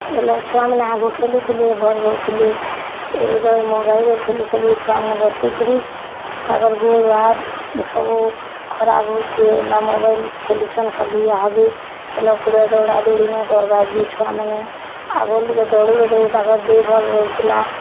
ଖେଲ ଛୁଆମାନେ ଆଗ ଖେଲୁଥିଲେ ଭଲ୍ ରହୁଥିଲେ ଏବେ ତ ମୋବାଇଲ୍ରେ ଖେଲିଖେଲି ଛୁଆମାନେ ବସିକରି ତାଙ୍କର୍ ଗୋଡ଼୍ ହାତ୍ ସବୁ ଖରାପ୍ ହେଉଛି ଏନ୍ତା ମୋବାଇଲ୍ ଖେଲୁଛନ୍ ଖାଲି ୟାହାଦେ ଖେଲ କୁଦ ଦୌଡ଼ା ଦୁଡ଼ି ନାଇଁ କର୍ବାର୍ ଯେ ଛୁଆମାନେ ଆଗରୁ ଲୁକେ ଦୌଡ଼ୁଥିଲେ ତାଙ୍କର୍ ଦିହି ଭଲ୍ ରହୁଥିଲା